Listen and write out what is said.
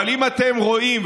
אבל אם אתם רואים,